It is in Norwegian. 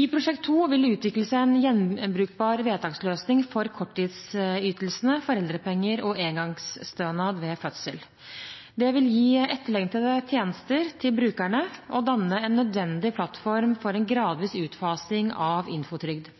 I Prosjekt 2 vil det utvikles en gjenbrukbar vedtaksløsning for korttidsytelsene foreldrepenger og engangsstønad ved fødsel. Det vil gi etterlengtede tjenester til brukerne og danne en nødvendig plattform for en gradvis utfasing av Infotrygd.